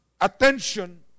attention